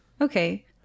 okay